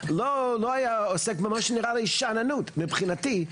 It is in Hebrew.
לא היה עוסק במה שנראה לי שאננות מבחינתי,